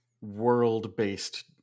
world-based